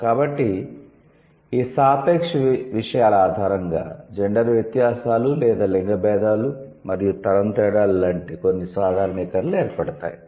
కాబట్టి ఈ సాపేక్ష విషయాల ఆధారంగా జెండర్ వ్యత్యాసాలు లేదా లింగ భేదాలు మరియు తరం తేడాలు లాంటి కొన్ని సాధారణీకరణలు ఏర్పడతాయి